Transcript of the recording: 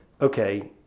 okay